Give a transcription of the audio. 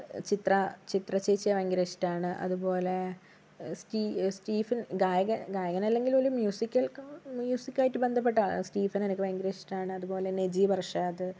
ചിത്ര ചിത്ര ചേച്ചിയെ ഭയങ്കര ഇഷ്ട്ടാണ് അതുപോലെ സ്റ്റി സ്റ്റീഫൻ ഗായക ഗായകനല്ലങ്കിലൊരു മ്യൂസിക്കൽകാ മ്യൂസിക്കായിട്ട് ബന്ധപ്പെട്ട ആള സ്റ്റീഫനെ എനിക്ക് ഭയങ്കര ഇഷ്ടാണ് അതുപോലെ തന്നെ നജീം അർഷാദ്